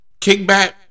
Kickback